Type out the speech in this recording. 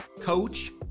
coach